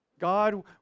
God